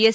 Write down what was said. S